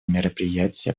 мероприятие